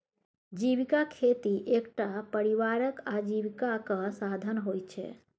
जीविका खेती एकटा परिवारक आजीविकाक साधन होइत छै